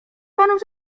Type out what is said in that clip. panów